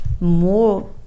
more